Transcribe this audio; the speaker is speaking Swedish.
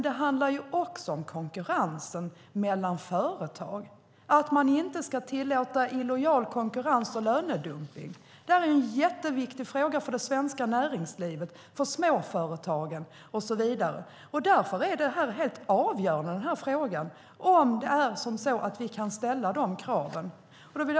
Det handlar också om konkurrens mellan företag, att man inte ska tillåta illojal konkurrens och lönedumpning. Det är en jätteviktig fråga för det svenska näringslivet, för småföretagen och så vidare. Därför är frågan om vi kan ställa dessa krav helt avgörande.